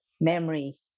memory